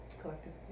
Collective